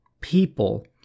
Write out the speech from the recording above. people